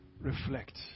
reflect